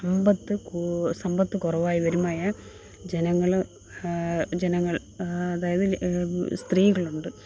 സമ്പത്ത് സമ്പത്ത് കുറവായവരുമായ ജനങ്ങൾ ജനങ്ങൾ അതായത് സ്ത്രീകളുണ്ട്